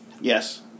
yes